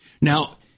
Now